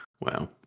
Wow